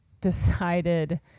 decided